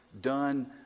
done